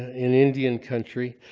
in indian country